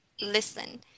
listen